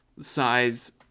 size